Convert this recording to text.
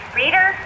reader